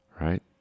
right